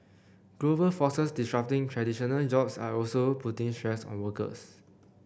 global forces disrupting traditional jobs are also putting stress on workers